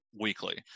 weekly